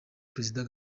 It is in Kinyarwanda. perezida